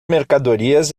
mercadorias